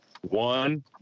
One